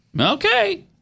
Okay